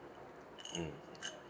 mm